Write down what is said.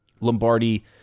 Lombardi